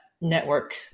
network